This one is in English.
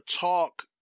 talk